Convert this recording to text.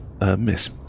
Miss